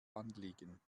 anliegen